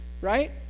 right